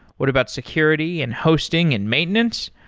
what about security and hosting and maintenance?